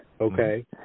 okay